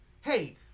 hey